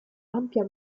ampia